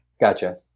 Gotcha